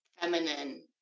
feminine